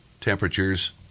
temperatures